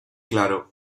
claro